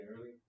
early